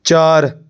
ਚਾਰ